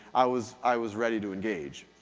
i was i was ready to engage.